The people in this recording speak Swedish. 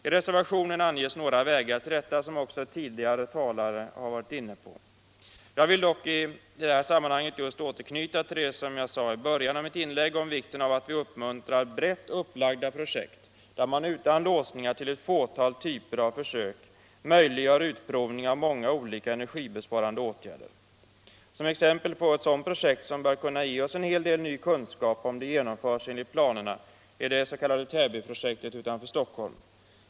I reservationen anges några vägar till detta som också tidigare talare har berört. Jag vill dock i detta sammanhang återknyta till det som jag sade i början av mitt inlägg om vikten av att vi uppmuntrar brett upplagda projekt, där man utan låsningar till ett fåtal typer av försök möjliggör utprovning av många olika energibesparande åtgärder. Ett sådant projekt som bör kunna ge oss en hel del ny kunskap, om det genomförs enligt planerna, är det s.k. Täbyprojektet utanför Stockholm.